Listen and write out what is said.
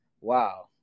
Wow